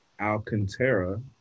Alcantara